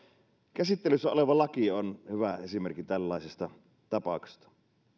käsittelyssä oleva laki on hyvä esimerkki tällaisesta tapauksesta